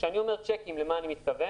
כשאני אומר "צ'קים", למה אני מתכוון